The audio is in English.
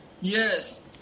yes